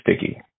sticky